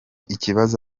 ikibazo